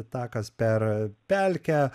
takas per pelkę